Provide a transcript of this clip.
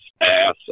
ass